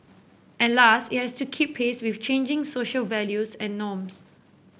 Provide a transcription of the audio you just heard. and last it has to keep pace with changing social values and norms